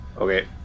Okay